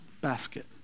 basket